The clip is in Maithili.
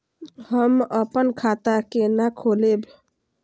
हम अपन खाता केना खोलैब?